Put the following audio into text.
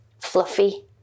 Fluffy